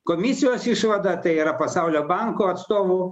komisijos išvada tai yra pasaulio banko atstovų